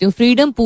freedom